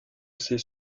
ces